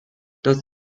das